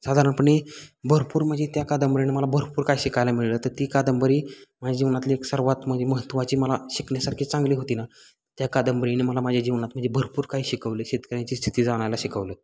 साधारणपणे भरपूर म्हणजे त्या कादंबरीने मला भरपूर काय शिकायला मिळेलं तर ती कादंबरी माझ्या जीवनातली एक सर्वात म्हणजे महत्त्वाची मला शिकण्यासारखी चांगली होती ना त्या कादंबरीने मला माझ्या जीवनात म्हणजे भरपूर काही शिकवले शेतकऱ्यांची स्थिती जाणायला शिकवलं